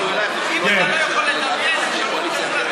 אם אתה לא יכול לדמיין אפשרות כזאת,